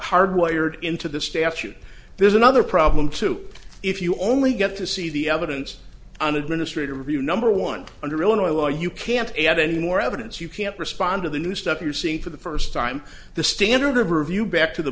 hardwired into the statute there's another problem too if you only get to see the evidence on administrative review number one under illinois law you can't add any more evidence you can't respond to the new stuff you're seeing for the first time the standard of review back to the